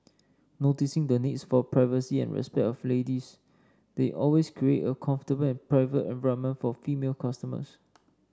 noticing the needs for privacy and respect of ladies they always create a comfortable and private environment for female customers